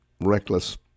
reckless